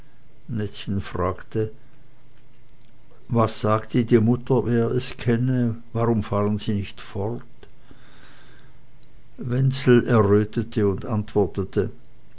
nettchen fragte was sagte die mutter wer es kenne warum fahren sie nicht fort wenzel errötete und antwortete